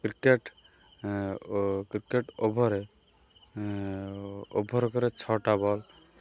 cricket cricket ଓଭର୍ରେ over କରେ ଛଅଟା ବଲ୍